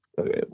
okay